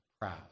proud